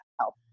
help